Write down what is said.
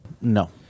No